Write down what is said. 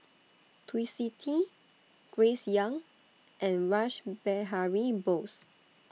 Twisstii Grace Young and Rash Behari Bose